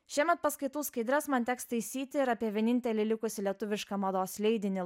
šiemet paskaitų skaidres man teks taisyti ir apie vienintelį likusį lietuvišką mados leidinį